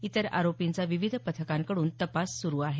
इतर आरोपींचा विविध पथकांकडून तपास सुरू आहे